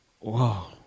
Wow